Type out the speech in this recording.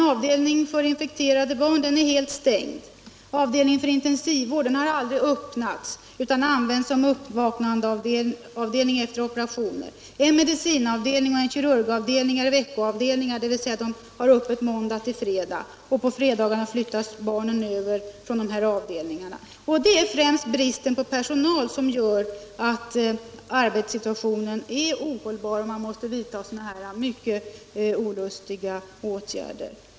Avdelningen för infekterade barn är helt stängd. Avdelningen för intensivvård har aldrig öppnats utan används som uppvaknandeavdelning efter operationer. En medicinavdelning och en kirurgiavdelning är veckoavdelningar, dvs. de har öppet måndag-fredag och på fredagarna flyttas barnen över till andra avdelningar. Det är främst bristen på personal som gör att arbetssituationen är ohållbar och att man måste vidta sådana här mycket olustiga åtgärder.